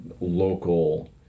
Local